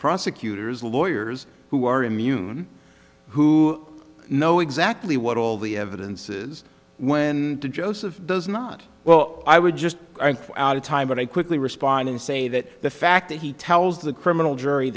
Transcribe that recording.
prosecutors lawyers who are immune who know exactly what all the evidence is when joseph does not well i would just out of time but i quickly respond and say that the fact that he tells the criminal jury